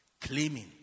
claiming